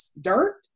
dirt